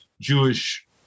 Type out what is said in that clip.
Jewish